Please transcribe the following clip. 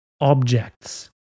objects